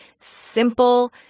simple